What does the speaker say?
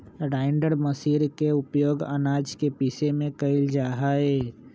grinder machine के उपयोग आनाज के पीसे में कइल जाहई